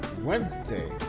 Wednesday